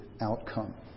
outcome